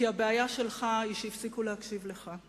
כי הבעיה שלך היא שהפסיקו להקשיב לך.